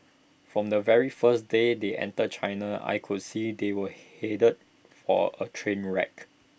from the very first day they entered China I could see they were headed for A train wreck